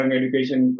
education